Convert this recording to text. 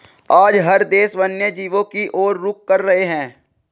आज हर देश वन्य जीवों की और रुख कर रहे हैं